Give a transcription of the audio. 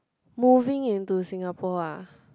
moving in to Singapore ah